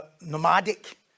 nomadic